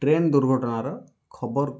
train ଦୁର୍ଘଟଣାର ଖବର